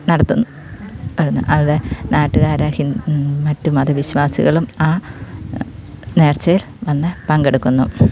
നടത്തുകയായിരുന്നു അവിടെ നാട്ടുകാർ മറ്റ് വിശ്വാസികളും ആ നേർച്ചയിൽ വന്നു പങ്കെടുക്കുന്നു